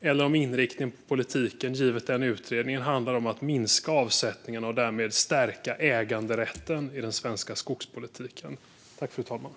Eller handlar inriktningen på politiken, givet den utredningen, om att minska avsättningarna och därmed stärka äganderätten i den svenska skogspolitiken?